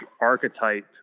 archetype